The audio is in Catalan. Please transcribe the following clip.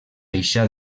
deixà